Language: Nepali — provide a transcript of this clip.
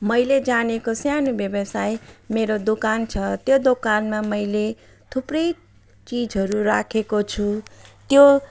मैले जानेको सानो व्यवसाय मेरो दोकान छ त्यो दोकानमा मैले थुप्रै चिजहरू राखेको छु त्यो